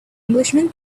englishman